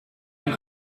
een